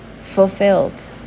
fulfilled